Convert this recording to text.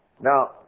Now